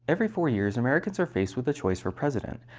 every four years, americans are faced with a choice for president.